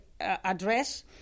address